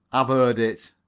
i've heard it.